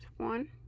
one